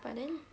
but then